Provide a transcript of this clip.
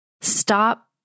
stop